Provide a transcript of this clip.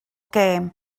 gem